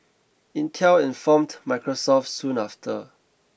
Intel informed Microsoft soon after